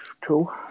cool